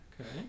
okay